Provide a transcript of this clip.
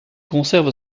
conserve